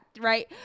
right